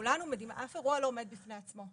אף אירוע לא עומד בפני עצמו.